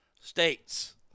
States